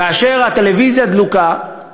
כאשר הטלוויזיה דלוקה,